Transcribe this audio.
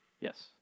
Yes